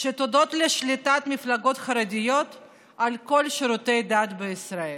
הודות לשליטת המפלגות החרדיות על כל שירותי הדת בישראל.